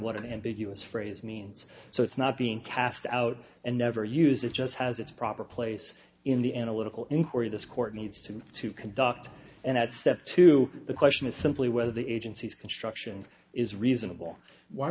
what an ambiguous phrase means so it's not being cast out and never use it just has its proper place in the analytical inquiry this court needs to to conduct and at step two the question is simply whether the agency's construction is reasonable why